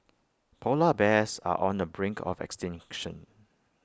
Polar Bears are on the brink of extinction